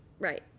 right